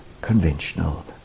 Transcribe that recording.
conventional